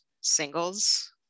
singles